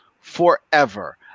forever